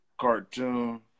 Cartoon